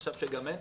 עכשיו גם אין,